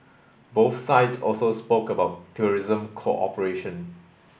both sides also spoke about tourism cooperation